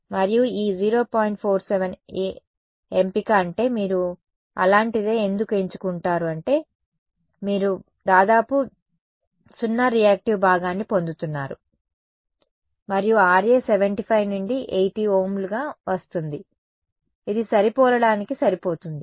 47 a ఎంపిక అంటే మీరు అలాంటిదే ఎందుకు ఎంచుకుంటారు అంటే మీరు దాదాపు 0 రియాక్టివ్ భాగాన్ని పొందుతున్నారు మరియు Ra 75 నుండి 80 ఓమ్లుగా వస్తుంది ఇది సరిపోలడానికి సరిపోతుంది